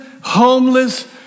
homeless